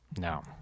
no